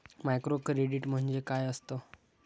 Microcredit म्हणजे काय असतं?